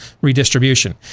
redistribution